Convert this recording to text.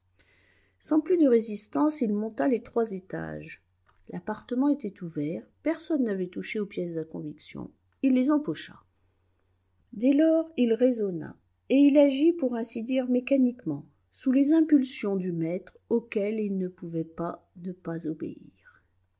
sans plus de résistance il monta les trois étages l'appartement était ouvert personne n'avait touché aux pièces à conviction il les empocha dès lors il raisonna et il agit pour ainsi dire mécaniquement sous les impulsions du maître auquel il ne pouvait pas ne pas obéir